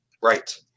Right